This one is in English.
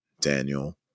Daniel